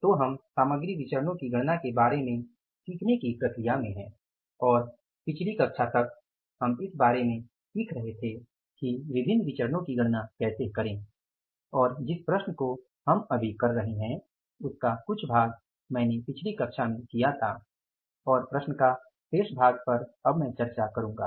इसलिए हम सामग्री विचरणो की गणना के बारे में सीखने की प्रक्रिया में हैं और पिछली कक्षा तक हम इस बारे में सीख रहे थे कि विभिन्न विचरणो की गणना कैसे करें और जिस प्रश्न को हम अभी कर रहे हैं उसका कुछ भाग में मैंने पिछली कक्षा में किया था और प्रश्न का शेष भाग पर मैं अब चर्चा करूंगा